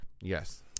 yes